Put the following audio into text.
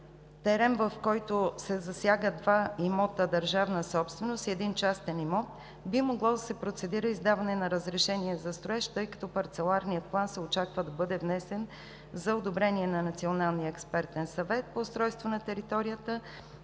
терен, в който се засягат два имота държавна собственост и един частен имот, би могло да се процедира издаване на разрешение за строеж, тъй като Парцеларният план се очаква да бъде внесен за одобрение на Националния експертен съвет по устройство на територията